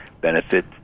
benefit